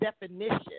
definition